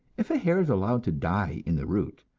if a hair is allowed to die in the root,